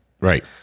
right